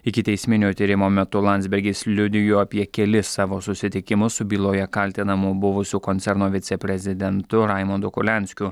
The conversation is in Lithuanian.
ikiteisminio tyrimo metu landsbergis liudijo apie kelis savo susitikimus su byloje kaltinamu buvusiu koncerno viceprezidentu raimundu kurlianskiu